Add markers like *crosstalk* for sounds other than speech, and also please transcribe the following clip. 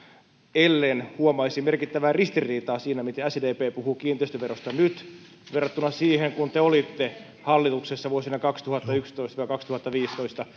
ellen huomaisi merkittävää ristiriitaa siinä miten sdp puhuu kiinteistöverosta nyt verrattuna siihen kun te olitte hallituksessa vuosina kaksituhattayksitoista viiva kaksituhattaviisitoista *unintelligible*